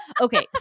Okay